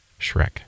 Shrek